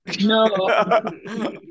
No